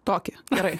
tokį gerai